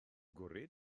gwrhyd